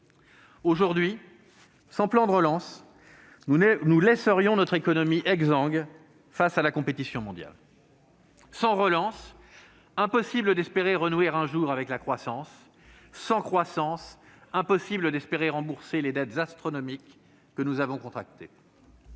Aujourd'hui, sans plan de relance, nous laisserions notre économie exsangue face à la compétition mondiale : sans relance, impossible d'espérer renouer un jour avec la croissance ; sans croissance, impossible d'espérer rembourser les dettes astronomiques que nous avons contractées.